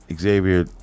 Xavier